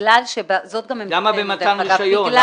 למה במתן רישיון?